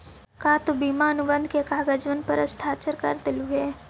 का तु बीमा अनुबंध के कागजबन पर हस्ताक्षरकर देलहुं हे?